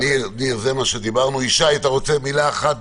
ישי, מילה אחת,